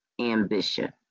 ambition